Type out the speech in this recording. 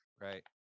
Right